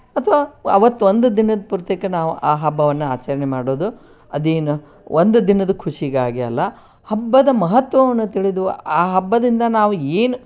ಅಥ್ವಾ ಅವತ್ತು ಒಂದು ದಿನದ ಪೂರ್ತಿ ನಾವು ಆ ಹಬ್ಬವನ್ನು ಆಚರಣೆ ಮಾಡೋದು ಅದೇನು ಒಂದು ದಿನದ ಖುಷಿಗಾಗಿ ಅಲ್ಲ ಹಬ್ಬದ ಮಹತ್ವವನ್ನು ತಿಳಿದು ಆ ಹಬ್ಬದಿಂದ ನಾವು ಏನು